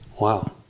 Wow